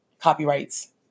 Copyrights